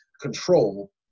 control